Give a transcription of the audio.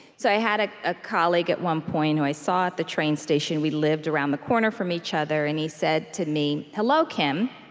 so i had a ah colleague at one point who i saw at the train station we lived around the corner from each other. and he said to me, hello, kim.